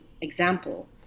example